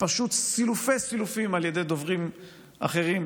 פשוט סילופי-סילופים על ידי דוברים אחרים